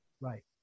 Right